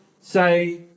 say